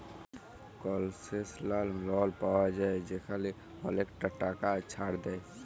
কলসেশলাল loan পাউয়া যায় যেখালে অলেকটা টাকা ছাড় দেয়